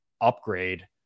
upgrade